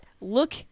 look